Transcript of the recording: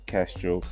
Castro